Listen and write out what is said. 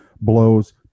blows